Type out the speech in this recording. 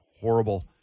horrible